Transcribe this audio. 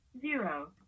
zero